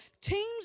teams